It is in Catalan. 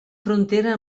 frontera